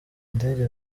ndege